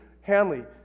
Hanley